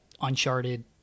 Uncharted